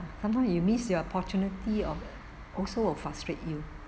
sometime you miss your opportunity of also will frustrate you